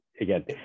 again